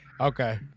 Okay